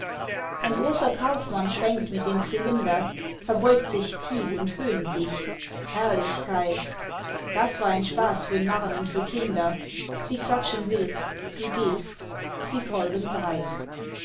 ein großer kaufmann schwenkt mit dem zylinder verbeugt sich tief und höhnt dich herrlichkeit das war ein spaß für narren und für kinder sie klatschen wild du gehst sie folgen breit